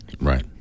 Right